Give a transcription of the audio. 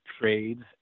trades